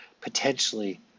potentially